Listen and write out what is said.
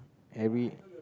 every